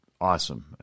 awesome